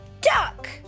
Duck